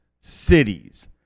cities